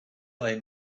they